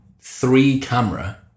three-camera